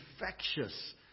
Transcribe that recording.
infectious